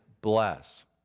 bless